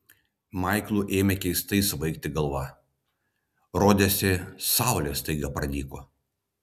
maiklui ėmė keistai svaigti galva rodėsi saulė staiga pranyko